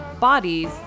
bodies